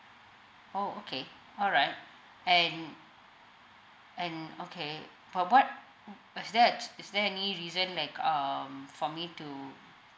oh okay alright and and okay for what is there is there any reason like um for me to